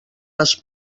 les